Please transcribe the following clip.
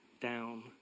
down